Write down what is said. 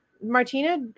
Martina